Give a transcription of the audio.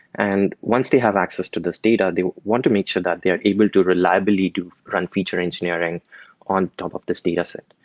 and once they have access to this data, they want to make sure that they are able to reliably to run feature engineering on top of this dataset.